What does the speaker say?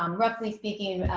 um roughly speaking,